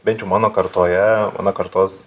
bent jau mano kartoje mano kartos